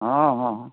ହଁ ହଁ ହଁ